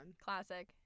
Classic